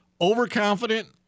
overconfident